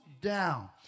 down